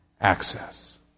Access